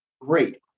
great